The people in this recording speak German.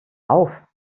auf